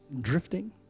drifting